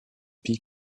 pic